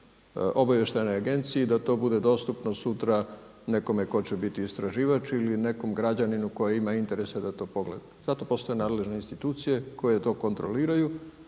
obavještajnoj agenciji da to bude dostupno sutra nekome tko će biti istraživač, ili nekom građaninu koji ima interese da to pogleda. Zato postoje nadležne institucije koje to kontroliraju